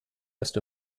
erst